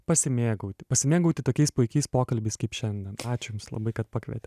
pasimėgauti pasimėgauti tokiais puikiais pokalbis kaip šiandien ačiū jums labai kad pakvietėt